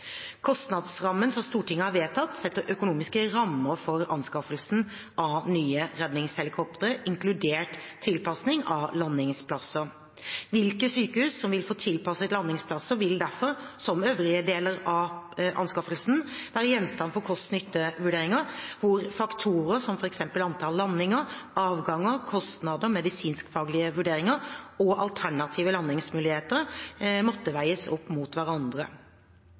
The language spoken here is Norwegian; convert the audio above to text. Kostnadsrammen som Stortinget har vedtatt, setter økonomiske rammer for anskaffelsen av nye redningshelikoptre, inkludert tilpasning av landingsplasser. Hvilke sykehus som vil få tilpasset landingsplasser, vil derfor, som øvrige deler av anskaffelsen, være gjenstand for kost–nytte-vurderinger der faktorer som f.eks. antall landinger og avganger, kostnader, medisinsk-faglige vurderinger og alternative landingsmuligheter må veies opp mot hverandre.